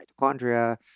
mitochondria